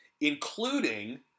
Including